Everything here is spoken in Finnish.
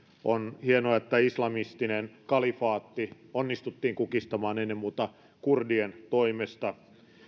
on hienoa että islamistinen kalifaatti onnistuttiin kukistamaan ennen muuta kurdien toimesta